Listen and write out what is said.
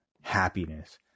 happiness